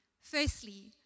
Firstly